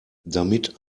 damit